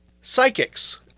psychics